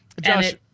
Josh